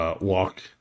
Walk